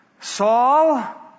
Saul